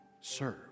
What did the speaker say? serve